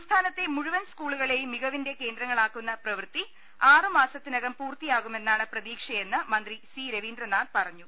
സംസ്ഥാനത്തെ മുഴുവൻ സ്കൂളുകളെയും മികവിന്റെ കേന്ദ്ര ങ്ങളാക്കുന്ന പ്രവൃത്തി ആറുമാസത്തിനകം പൂർത്തിയാകുമെ ന്നാണ് പ്രതീക്ഷയെന്ന് മന്ത്രി സി രവീന്ദ്രനാഥ് പറഞ്ഞൂ